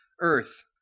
earth